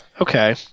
Okay